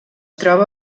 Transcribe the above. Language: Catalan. troba